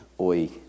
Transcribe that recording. Oi